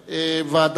ובכן, 47